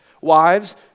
Wives